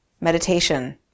meditation